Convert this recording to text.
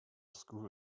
school